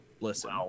listen